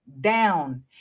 down